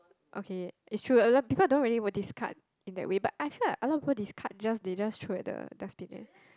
okay is true a lot people don't really will discuss in that way but I feel like a lot of people discuss just they just throw at the destinate